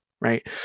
right